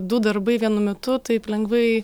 du darbai vienu metu taip lengvai